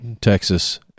texas